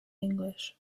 english